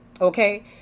Okay